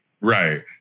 Right